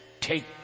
take